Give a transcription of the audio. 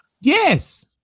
Yes